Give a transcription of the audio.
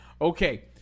Okay